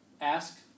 ask